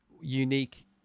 unique